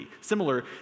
similar